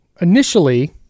initially